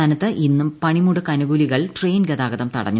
സംസ്ഥാനത്ത് ഇന്നും പണിമുടക്കനുകൂലികൾ ട്രെയിൻ ഗതാഗതം തടഞ്ഞു